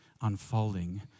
unfolding